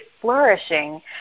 flourishing